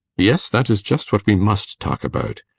yes, that is just what we must talk about.